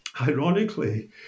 Ironically